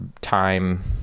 time